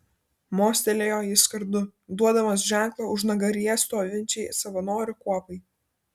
mostelėjo jis kardu duodamas ženklą užnugaryje stovinčiai savanorių kuopai